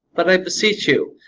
but, i beseech you,